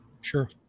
Sure